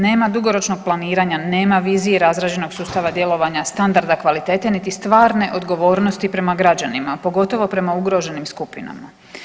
Nema dugoročnog planiranja, nema vizije i razrađenog sustava djelovanja standarda kvalitete niti stvarne odgovornosti prema građanima, a pogotovo prema ugroženim skupinama.